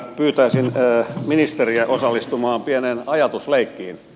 pyytäisin ministeriä osallistumaan pieneen ajatusleikkiin